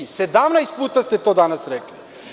Dakle, 17 puta ste to danas rekli.